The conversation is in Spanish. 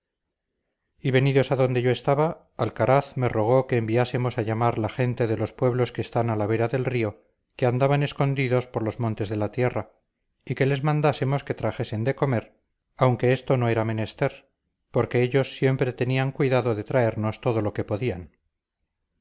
y venidos adonde yo estaba alcaraz me rogó que enviásemos a llamar la gente de los pueblos que están a la vera del río que andaban escondidos por los montes de la tierra y que les mandásemos que trajesen de comer aunque esto no era menester porque ellos siempre tenían cuidado de traernos todo lo que podían